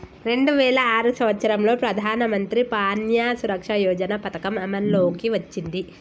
రెండు వేల ఆరు సంవత్సరంలో ప్రధానమంత్రి ప్యాన్య సురక్ష యోజన పథకం అమల్లోకి వచ్చింది